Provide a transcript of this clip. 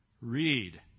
Read